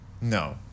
No